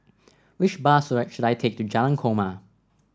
which bus should I take to Jalan Korma